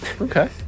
Okay